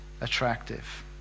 attractive